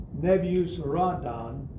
Nebuchadnezzar